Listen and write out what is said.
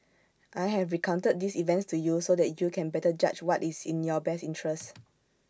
I have recounted these events to you so that you can better judge what is in your best interests